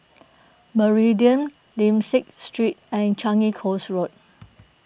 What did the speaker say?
Meridian Lim Liak Street and Changi Coast Road